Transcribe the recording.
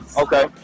Okay